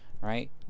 right